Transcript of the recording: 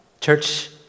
church